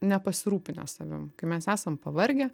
nepasirūpinę savim kai mes esam pavargę